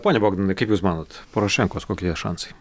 pone bogdanai kaip jūs manot porošenkos kokie jo šansai